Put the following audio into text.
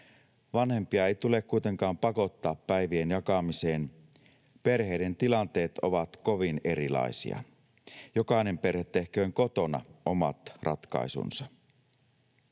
Vanhempia ei tule kuitenkaan pakottaa päivien jakamiseen, perheiden tilanteet ovat kovin erilaisia. Jokainen perhe tehköön kotona omat ratkaisunsa.